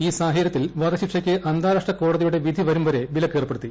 ഈ സാഹചര്യത്തിൽ വധശിക്ഷയ്ക്ക് അന്താരാഷ്ട്ര കോടതിയുടെ വിധി വരും വരെ വിലക്കേർപ്പെടുത്തി